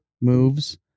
moves